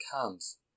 comes